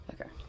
Okay